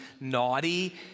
naughty